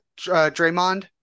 Draymond